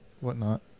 whatnot